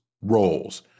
roles